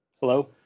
Hello